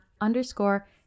underscore